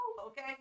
okay